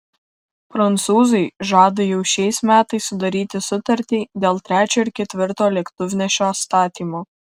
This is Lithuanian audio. prancūzai žada jau šiais metais sudaryti sutartį dėl trečio ir ketvirto lėktuvnešio statymo